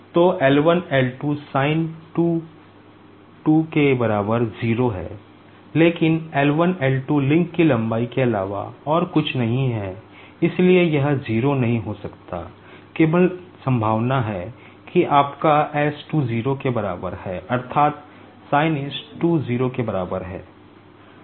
तो L1 L2 sin to2 के बराबर 0 है लेकिन L 1 L 2 लिंक की लंबाई के अलावा और कुछ नहीं है इसलिए यह 0 नहीं हो सकता है केवल संभावना है कि आपका s 2 0 के बराबर है अर्थात sin is2 0 के बराबर है